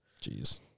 Jeez